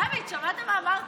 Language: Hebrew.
דוד, שמעת מה אמרתי?